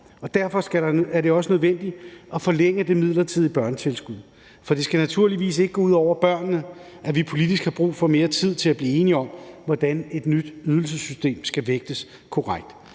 derfor er det også nødvendigt at forlænge det midlertidige børnetilskud. For det skal naturligvis ikke gå ud over børnene, at vi politisk har brug for mere tid til at blive enige om, hvordan et nyt ydelsessystem skal vægtes korrekt.